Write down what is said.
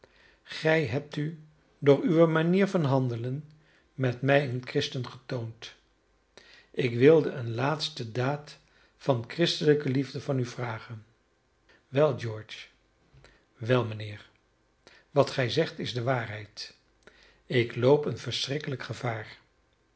gij hebt u door uwe manier van handelen met mij een christen getoond ik wilde een laatste daad van christelijke liefde van u vragen wel george wel mijnheer wat gij zegt is de waarheid ik loop een verschrikkelijk gevaar